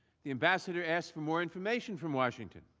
the investor asked for more information from washington.